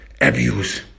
abuse